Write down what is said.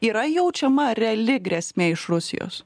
yra jaučiama reali grėsmė iš rusijos